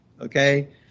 okay